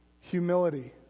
Humility